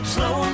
Slow